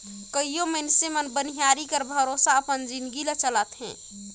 कइयो मइनसे मन बनिहारी कर भरोसा अपन जिनगी ल चलाथें